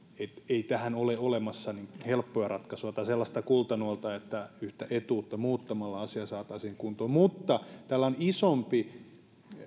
tähän ole olemassa helppoa ratkaisua tai sellaista kultanuolta että yhtä etuutta muuttamalla asia saataisiin kuntoon mutta tällä on myöskin isompi vaikutus tämä